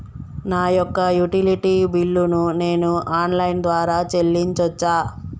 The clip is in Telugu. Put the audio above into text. నా యొక్క యుటిలిటీ బిల్లు ను నేను ఆన్ లైన్ ద్వారా చెల్లించొచ్చా?